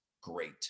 great